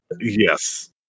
Yes